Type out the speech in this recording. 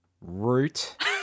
root